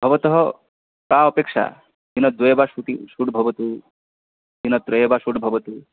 भवतः का अपेक्षा दिनद्वये वा शूटिङ्ग् शूट् भवतु दिनत्रये वा शूट् भवतु